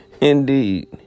Indeed